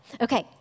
Okay